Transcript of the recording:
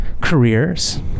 careers